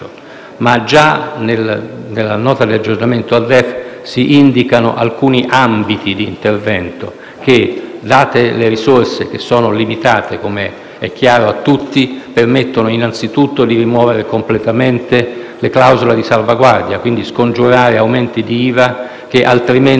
Ma già nella Nota di aggiornamento al DEF si indicano alcuni ambiti di intervento che, date le risorse limitate - come è chiaro a tutti - permettono innanzitutto di rimuovere completamente le clausole di salvaguardia, scongiurando quindi aumenti di IVA che, altrimenti,